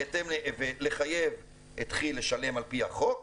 ובהתאם לחייב את כי"ל לשלם על פי החוק.